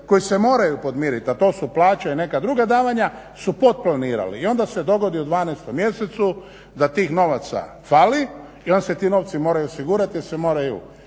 koji se moraju podmiriti, a to su plaće i neka druga davanja su potplanirali i onda se dogodi u 12. mjesecu da tih novaca fali i onda se ti novci moraju osigurati jer se moraju